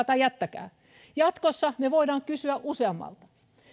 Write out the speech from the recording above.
tai jättäkää jatkossa me voimme kysyä useammalta